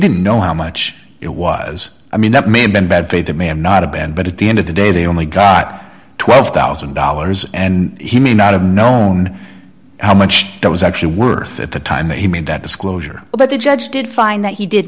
didn't know how much it was i mean that may have been bad faith it may have not a bad but at the end of the day they only got twelve thousand dollars and he may not have known how much that was actually worth at the time that he made that disclosure but the judge did find that he did